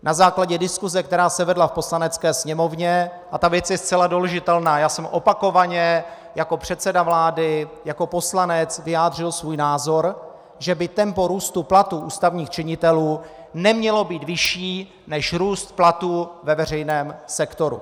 Na základě diskuse, která se vedla v Poslanecké sněmovně, a věc je zcela doložitelná, jsem opakovaně jako předseda vlády, jako poslanec vyjádřil svůj názor, že by tempo růstu platů ústavních činitelů nemělo být vyšší než růst platů ve veřejném sektoru.